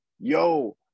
yo